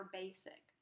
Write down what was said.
basic